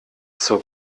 zur